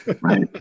Right